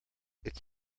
it’s